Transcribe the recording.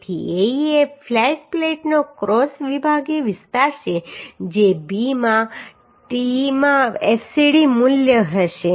તેથી Ae એ flat પ્લેટનો ક્રોસ વિભાગીય વિસ્તાર છે જે b માં t માં fcd મૂલ્ય 88